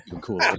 cool